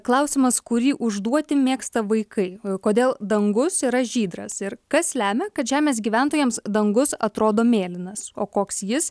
klausimas kurį užduoti mėgsta vaikai kodėl dangus yra žydras ir kas lemia kad žemės gyventojams dangus atrodo mėlynas o koks jis